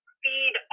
feed